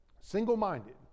single-minded